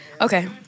Okay